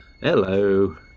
Hello